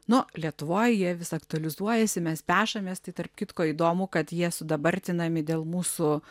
nu lietuvoj jie vis aktualizuojasi mes pešamės tai tarp kitko įdomu kad jie sudabartinami dėl mūsų